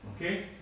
Okay